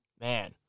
man